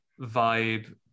vibe